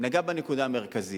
נגע בנקודה המרכזית: